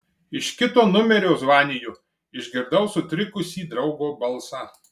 iš kito numerio zvaniju išgirdau sutrikusį draugo balsą